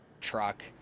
Truck